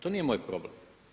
To nije moj problem.